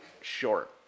short